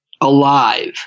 alive